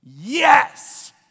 Yes